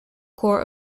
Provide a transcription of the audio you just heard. court